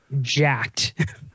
jacked